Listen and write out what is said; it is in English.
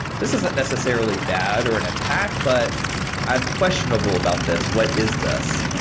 this isn't necessarily bad or an attack, but i'm questionable about this. what is this?